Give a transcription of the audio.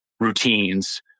routines